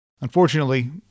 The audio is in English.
Unfortunately